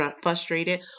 frustrated